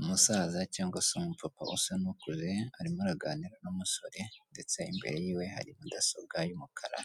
Umusaza cyangwa se umupapa usa n'ukuze, arimo araganira n'umusore ndetse imbere yiwe hari mudasobwa y'umukara.